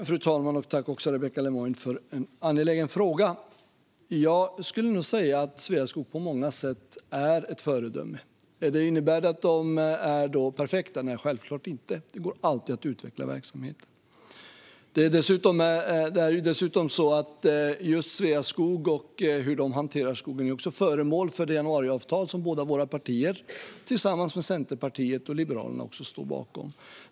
Fru talman! Tack, Rebecka Le Moine, för en angelägen fråga! Jag skulle nog säga att Sveaskog på många sätt är ett föredöme. Innebär detta att de är perfekta? Nej, självklart inte. Det går alltid att utveckla verksamheten. Just Sveaskog och hur de hanterar skogen är också föremål för det januariavtal som våra båda partier tillsammans med Centerpartiet och Liberalerna står bakom.